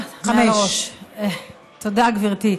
תודה, גברתי.